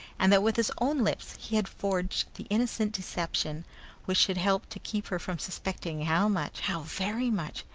and that with his own lips he had forged the innocent deception which should help to keep her from suspecting how much, how very much,